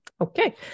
Okay